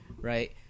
right